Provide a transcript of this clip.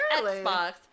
Xbox